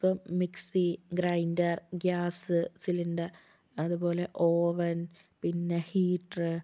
ഇപ്പോൾ mixie grinder gas cylinder അതുപോലെ അവൻ പിന്നേ ഹീറ്റർ